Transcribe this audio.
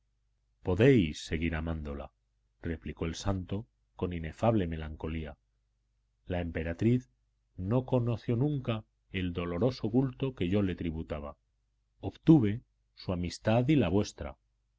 podéis seguir amándola replicó el santo con inefable melancolía la emperatriz no conoció nunca el doloroso culto que yo le tributaba obtuve su amistad y la vuestra